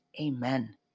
Amen